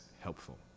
helpful